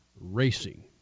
Racing